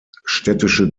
städtische